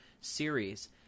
series